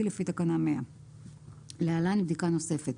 לפי תקנה 100 (להלן בדיקה נוספת).